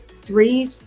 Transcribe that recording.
three